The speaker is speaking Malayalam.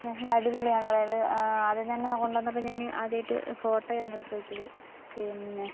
എന്നുവെച്ചിട്ടുണ്ടെങ്കിൽ അടിപൊളിയാണ് അതായത് ആദ്യം തന്നെ കൊണ്ടു വന്നപ്പോൾ ഞാൻ ആദ്യമായിട്ട് ഫോട്ടോയാണ് എടുത്തു നോക്കിയത് പിന്നെ